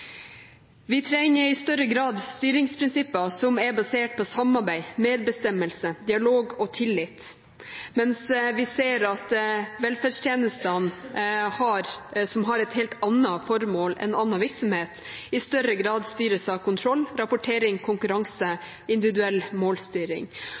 Vi trenger i større grad styringsprinsipper som er basert på samarbeid, medbestemmelse, dialog og tillit. Men vi ser at velferdstjenestene, som har et helt annet formål i